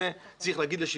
זה צריך להגיד לשבחכם,